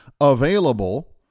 available